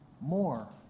More